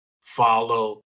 follow